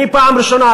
אני פעם ראשונה,